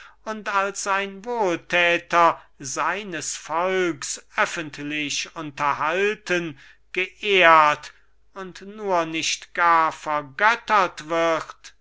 als ein wohlthäter seines volks öffentlich unterhalten geehrt und nur nicht gar vergöttert wird